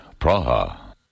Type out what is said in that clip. Praha